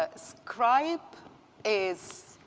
ah scribe is,